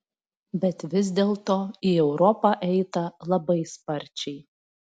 bet vis dėlto į europą eita labai sparčiai